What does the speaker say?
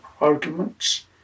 arguments